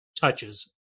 touches